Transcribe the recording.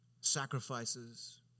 sacrifices